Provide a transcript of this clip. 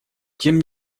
тем